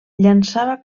llançava